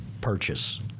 purchase